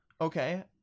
Okay